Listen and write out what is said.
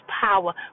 power